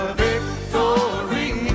victory